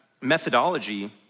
methodology